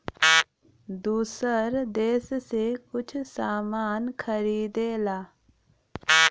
दूसर देस से कुछ सामान खरीदेला